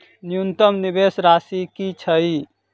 न्यूनतम निवेश राशि की छई?